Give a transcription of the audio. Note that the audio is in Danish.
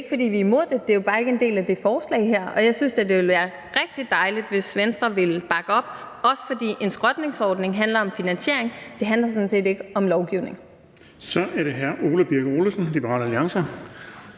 det er ikke, fordi vi er imod det; det er jo bare ikke en del af det her forslag. Og jeg synes da, det ville være rigtig dejligt, hvis Venstre ville bakke op om det, også fordi en skrotningsordning jo handler om finansiering – det handler sådan set ikke om lovgivning.